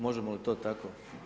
Možemo li to tako?